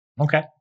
Okay